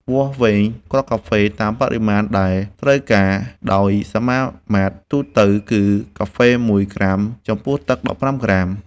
វាស់វែងគ្រាប់កាហ្វេតាមបរិមាណដែលត្រូវការ ដោយសមាមាត្រទូទៅគឺកាហ្វេ ១ ក្រាម ចំពោះទឹក ១៥ ក្រាម។